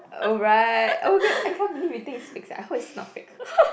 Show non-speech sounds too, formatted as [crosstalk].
oh right oh my god I can't believe you think it's fixed ah I hope it's not fixed [laughs]